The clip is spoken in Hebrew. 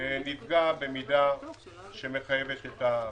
נפגע במידה שמחייבת פיצוי.